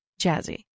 Jazzy